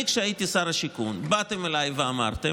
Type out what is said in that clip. אני, כשהייתי שר השיכון, באתם אליי ואמרתם: